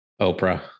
Oprah